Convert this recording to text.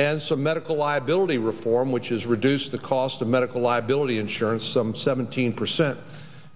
and some medical liability reform which is reduce the cost of medical liability insurance some seventeen percent